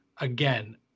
again